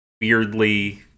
weirdly